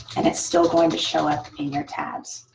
and it's still going to show up in your tabs.